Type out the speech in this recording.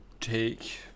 take